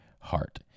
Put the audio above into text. heart